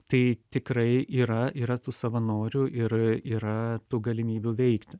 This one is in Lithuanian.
tai tikrai yra yra tų savanorių ir yra tų galimybių veikti